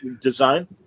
design